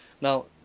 Now